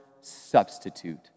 substitute